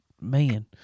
man